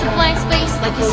blank space, like